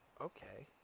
okay